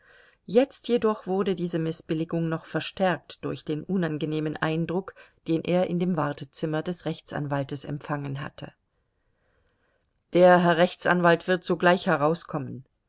jetzt jedoch wurde diese mißbilligung noch verstärkt durch den unangenehmen eindruck den er in dem wartezimmer des rechtsanwaltes empfangen hatte der herr rechtsanwalt wird sogleich herauskommen